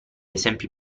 esempi